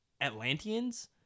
Atlanteans